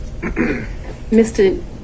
Mr